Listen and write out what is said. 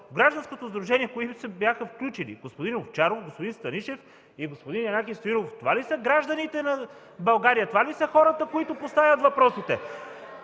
гражданското сдружение? Господин Овчаров, господин Станишев и господин Янаки Стоилов – това ли са гражданите на България, това ли са хората, които поставят въпросите?!